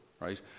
right